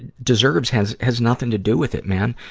deserves has has nothing to do with it, man.